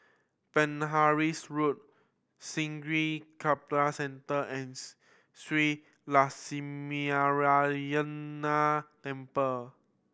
Penhas Road Sungei Kadut Central and Shree Lakshminarayanan Temple